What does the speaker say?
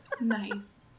Nice